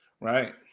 Right